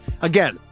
Again